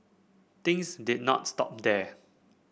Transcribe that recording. things did not stop there